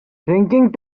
drinking